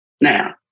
Now